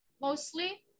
mostly